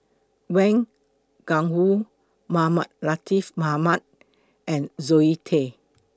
Wang Gungwu Mohamed Latiff Mohamed and Zoe Tay